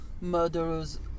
murderers